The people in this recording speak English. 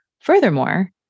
Furthermore